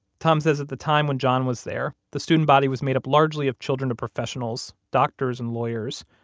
tom says at the time when john was there, the student body was made up largely of children of professionals, doctors and lawyers.